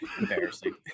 embarrassing